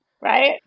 Right